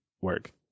work